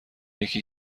یکی